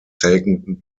taken